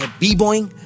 b-boying